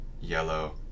yellow